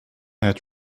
had